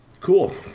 Cool